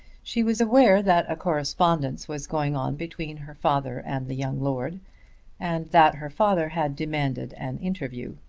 she was aware that a correspondence was going on between her father and the young lord and that her father had demanded an interview.